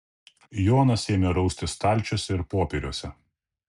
jonas ėmė raustis stalčiuose ir popieriuose